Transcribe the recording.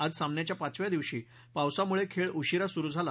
आज सामन्याच्या पाचव्या दिवशी पावसामुळे खेळ उशिरानं सुरू झाला